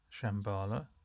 Shambhala